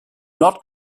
not